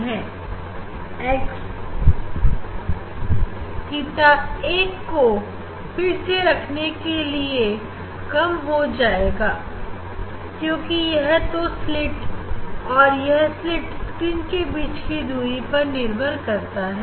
x theta एक को फिर रखने के लिए कम हो जाएगा क्योंकि यह तो स्लीट और यह स्लीट और स्क्रीन के बीच की दूरी पर निर्भर करता है